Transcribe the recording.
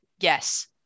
yes